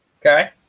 Okay